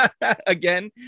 again